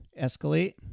escalate